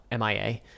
MIA